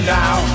now